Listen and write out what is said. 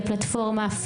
פלטפורמה,